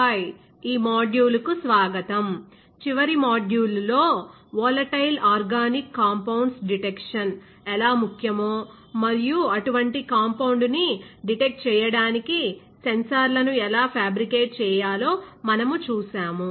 hi ఈ మాడ్యూల్కు స్వాగతం చివరి మాడ్యూల్లో వోలటైల్ ఆర్గానిక్ కంపౌండ్స్ డిటెక్షన్ ఎలా ముఖ్యమో మరియు అటువంటి కాంపౌండ్ ని డిటెక్ట్ చేయడానికి సెన్సార్లను ఎలా ఫ్యాబ్రికేట్ చేయాలో మనము చూశాము